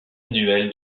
annuel